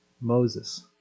Moses